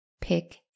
pick